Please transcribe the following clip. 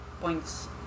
points